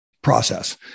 Process